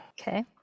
Okay